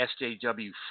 SJW